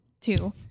two